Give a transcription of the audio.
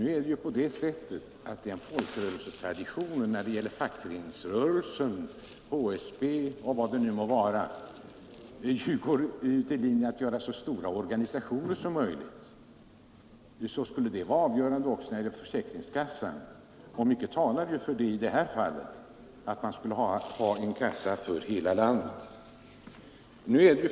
Nu är det emellertid så att den folkrörelsetraditionen när det gäller fackföreningsrörelsen, HSB eller vad det må vara går ut på att göra så stora organisationer som möjligt. Skulle detta vara avgörande också när det gäller försäkringskassorna — och mycket talar för det — borde man alltså ha en kassa för hela landet.